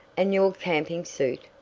and your camping suit,